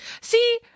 See